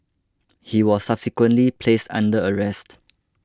he was subsequently placed under arrest